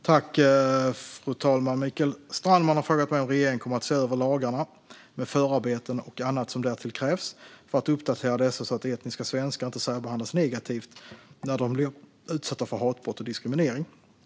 Fru talman! Mikael Strandman har frågat mig om regeringen kommer att se över lagarna, med förarbeten och annat som därtill krävs, för att uppdatera dessa så att etniska svenskar inte särbehandlas negativt när de blir utsatta för hatbrott och diskriminering.